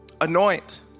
anoint